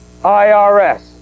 IRS